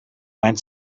mein